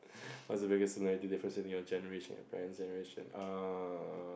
what's the biggest similarity difference between your generation and your parents' generation uh